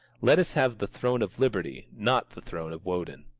let us have the throne of liberty, not the throne of wodin.